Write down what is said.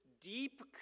deep